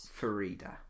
Farida